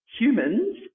humans